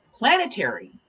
planetary